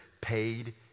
paid